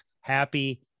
happy